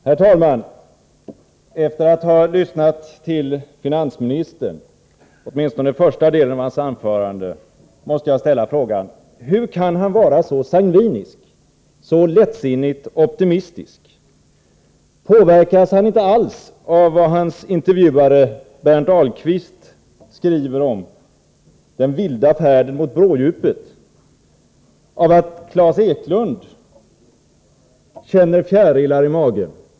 Herr talman! Efter att ha lyssnat till finansministern — åtminstone den första delen av hans anförande — måste jag ställa frågan: Hur kan han vara så sangvinisk, så lättsinnigt optimistisk? Påverkas han inte alls av vad hans intervjuare Berndt Ahlqvist skriver om den vilda färden mot bråddjupet eller av att Klas Eklund känner fjärilar i magen?